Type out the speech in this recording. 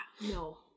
No